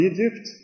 Egypt